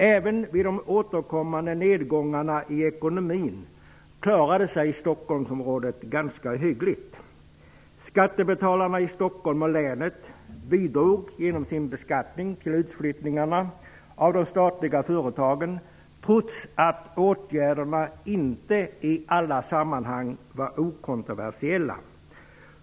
Även vid de återkommande nedgångarna i ekonomin klarade sig Stockholmsområdet ganska hyggligt. Skattebetalarna i Stocksholms stad och i länet bidrog genom skatten till utflyttningarna av de statliga företagen, trots att åtgärderna inte var okontroversiella i alla sammanhang.